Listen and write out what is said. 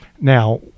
Now